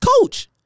Coach